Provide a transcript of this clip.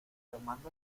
tomando